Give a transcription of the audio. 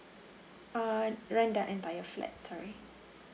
uh rent the entire flat sorry